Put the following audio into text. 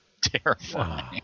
terrifying